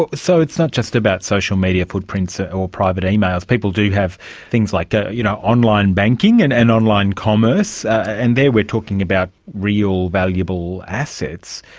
but so it's not just about social media footprints ah or private emails, people do have things like ah you know online banking and and online commerce, and there we are talking about real, valuable assets.